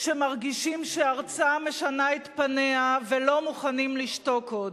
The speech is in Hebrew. שמרגישים שארצם משנה את פניה ולא מוכנים לשתוק עוד.